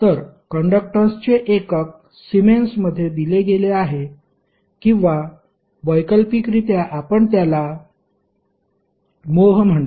तर कंडक्टन्सचे एकक सीमेंन्स मध्ये दिले गेले आहे किंवा वैकल्पिकरित्या आपण त्याला मोह म्हणतो